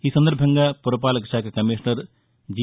ఈ సందర్బంగా పురపాలక శాఖ కమీషనర్ జి